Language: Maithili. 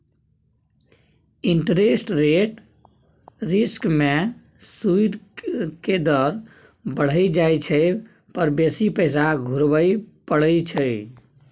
इंटरेस्ट रेट रिस्क में सूइद के दर बइढ़ जाइ पर बेशी पैसा घुरबइ पड़इ छइ